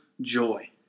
joy